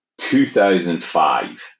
2005